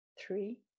three